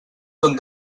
són